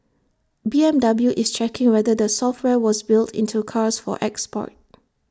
B M W is checking whether the software was built into cars for export